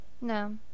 no